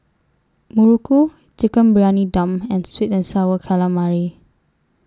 Muruku Chicken Briyani Dum and Sweet and Sour Calamari